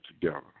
together